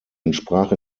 entsprach